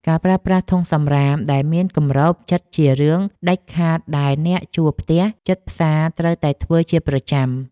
ការប្រើប្រាស់ធុងសំរាមដែលមានគម្របជិតជារឿងដាច់ខាតដែលអ្នកជួលផ្ទះជិតផ្សារត្រូវតែធ្វើជាប្រចាំ។